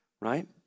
Right